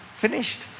finished